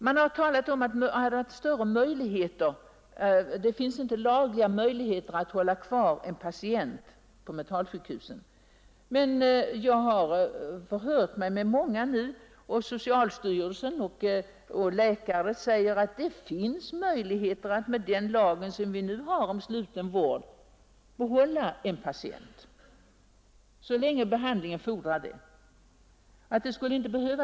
Det har sagts att det inte finns några lagliga möjligheter att hålla kvar en narkotikapatient vid ett mentalsjukhus, men jag har hört mig för med socialstyrelsen om den saken, och både där och på läkarhåll säger man att det finns möjligheter att med den lag om sluten vård vi nu har behålla en patient så länge behandlingen fordrar det.